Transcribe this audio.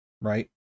right